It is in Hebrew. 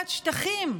חכירת שטחים,